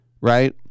Right